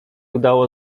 udało